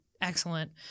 excellent